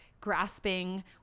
grasping